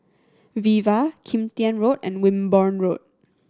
Viva Kim Tian Road and Wimborne Road